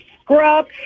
Scrub